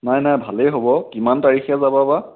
নাই নাই ভালেই হ'ব কিমান তাৰিখে যাবা বা